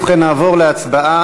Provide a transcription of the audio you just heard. ובכן, נעבור להצבעה.